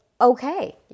Okay